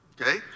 okay